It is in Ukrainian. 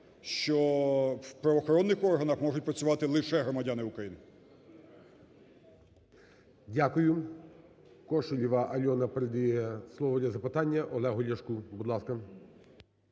що в правоохоронних органах можуть працювати лише громадяни України. ГОЛОВУЮЧИЙ. Дякую. Кошелєва Альона передає слово для запитання Олегу Ляшку. Будь ласка.